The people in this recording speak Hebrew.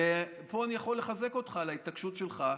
ופה אני יכול לחזק אותך על ההתעקשות שלך,